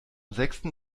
sechsten